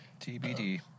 TBD